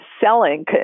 selling